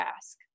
ask